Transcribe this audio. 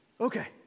Okay